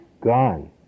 Gone